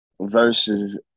Versus